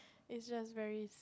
it's just very